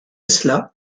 cela